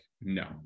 no